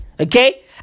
Okay